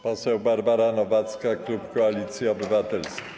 Poseł Barbara Nowacka, klub Koalicji Obywatelskiej.